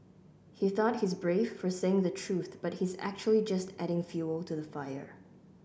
he thought he's brave for saying the truth but he's actually just adding fuel to the fire